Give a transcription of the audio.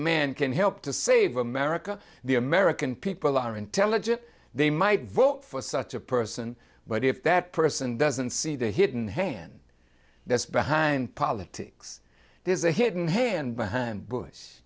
man can help to save america the american people are intelligent they might vote for such a person but if that person doesn't see the hidden hand that's behind politics there's a hidden hand behind bush